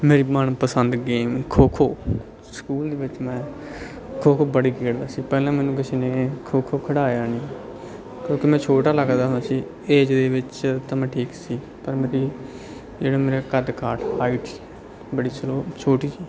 ਮੇਰੀ ਮਨ ਪਸੰਦ ਗੇਮ ਖੋ ਖੋ ਸਕੂਲ ਦੇ ਵਿੱਚ ਮੈਂ ਖੋ ਖੋ ਬੜੀ ਖੇਡਦਾ ਸੀ ਪਹਿਲਾਂ ਮੈਨੂੰ ਕਿਸੇ ਨੇ ਖੋ ਖੋ ਖਿਡਾਇਆ ਨਹੀਂ ਕਿਉਂਕਿ ਮੈਂ ਛੋਟਾ ਲੱਗਦਾ ਹੁੰਦਾ ਸੀ ਏਜ ਦੇ ਵਿੱਚ ਤਾਂ ਮੈਂ ਠੀਕ ਸੀ ਪਰ ਮੇਰੀ ਜਿਹੜਾ ਮੇਰਾ ਕੱਦ ਕਾਠ ਹਾਈਟਸ ਸੀ ਬੜੀ ਸਲੋ ਛੋਟੀ ਸੀ